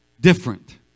different